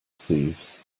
thieves